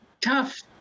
tough